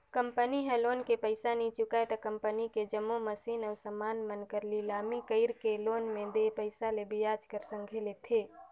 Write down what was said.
company ह loan के पइसा नी चुकाय त कंपनी कर जम्मो मसीन अउ समान मन कर लिलामी कइरके लोन में देय पइसा ल बियाज कर संघे लेथे